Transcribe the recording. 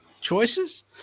choices